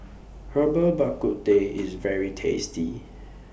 Herbal Bak Ku Teh IS very tasty